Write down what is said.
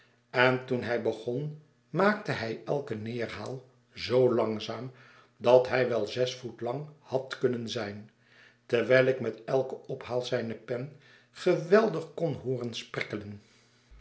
en toen hij begon maakte hij elken neerhaal zoo langzaam dat hij wel zes voet lang had kunnen zijn terwijl ik met elken ophaal zijne pen geweldig kon hooren